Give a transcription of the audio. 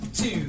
two